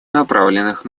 направленных